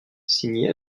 signé